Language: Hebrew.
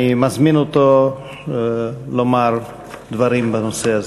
אני מזמין אותו לומר דברים בנושא הזה